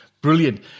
brilliant